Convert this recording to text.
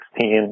2016